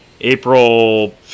April